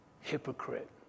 hypocrite